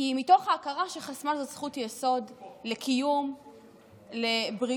מתוך ההכרה שחשמל זה זכות יסוד לקיום, לבריאות,